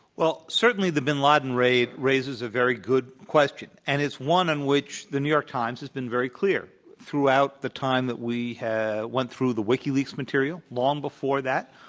well, certainly the bin laden raid raises a very good question and is one in which the new york times has been very clear throughout the time that we went through the wikileaks material. long before that,